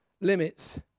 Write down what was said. limits